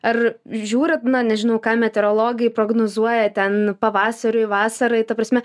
ar žiūrit na nežinau ką meteorologai prognozuoja ten pavasariui vasarai ta prasme